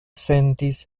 sentis